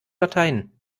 latein